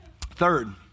Third